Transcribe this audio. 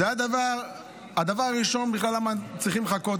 זה הדבר הראשון, למה בכלל צריכים לחכות?